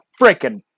freaking